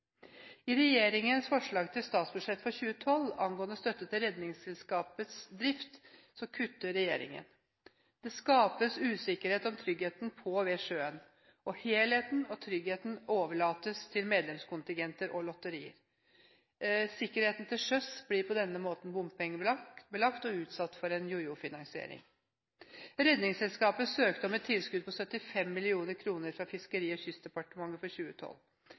I regjeringens forslag til statsbudsjett for 2012 angående støtte til Redningsselskapets drift kutter regjeringen. Det skapes usikkerhet om tryggheten på og ved sjøen. Helheten og tryggheten overlates til medlemskontingenter og lotterier. Sikkerheten til sjøs blir på denne måten bompengebelagt og utsatt for en jojo-finansering. Redningsselskapet søkte om et tilskudd på 75 mill. kr fra Fiskeri- og kystdepartementet for 2012.